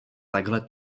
takhle